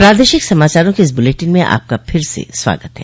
प्रादेशिक समाचारों के इस बुलेटिन में आपका फिर से स्वागत है